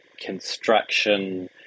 construction